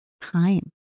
time